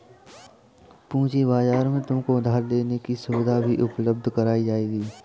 पूँजी बाजार में तुमको उधार लेने की सुविधाएं भी उपलब्ध कराई जाएंगी